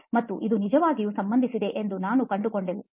ಮತ್ತು ಇದು ನಿಜವಾಗಿಯೂ ಸಂಬಂಧಿಸಿದೆ ಎಂದು ನಾವು ಕಂಡುಕೊಂಡಿದ್ದೇವೆ